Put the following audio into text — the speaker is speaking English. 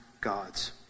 God's